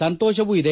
ಸಂತೋಷವೂ ಇದೆ